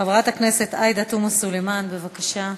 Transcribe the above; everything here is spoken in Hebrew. חברת הכנסת עאידה תומא סלימאן, בבקשה.